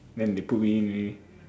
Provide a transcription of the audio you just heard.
then they put me in already